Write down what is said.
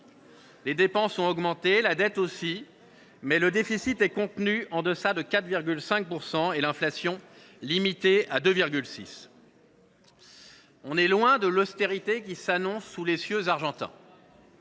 Les dépenses ont augmenté, la dette aussi, mais le déficit est contenu en deçà de 4,5 %, et l’inflation est limitée à 2,6 %. On est loin de l’austérité qui s’annonce sous les cieux argentins.